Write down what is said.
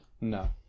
No